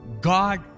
God